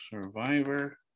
survivor